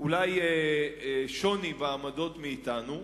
אולי שוני בעמדות מאתנו,